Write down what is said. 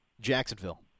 jacksonville